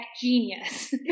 genius